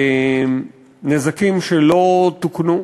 לא תוקנו.